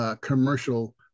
commercial